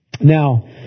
now